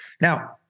Now